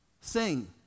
Sing